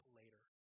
later